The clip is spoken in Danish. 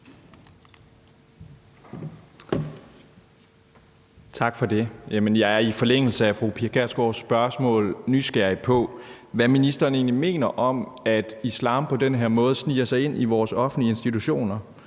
Tak for det. I forlængelse af fru Pia Kjærsgaards spørgsmål er jeg nysgerrig på, hvad ministeren egentlig mener om, at islam på den her måde sniger sig ind i vores offentlige institutioner.